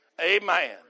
Amen